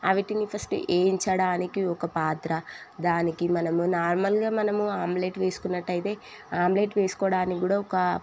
వాటిని ఫస్ట్ వేయించడానికి ఒక పాత్ర దానికి మనము నార్మల్గా మనము ఆమ్లేట్ వేసుకున్నట్టు అయితే ఆమ్లేట్ వేసుకోవడానికి కూడా ఒక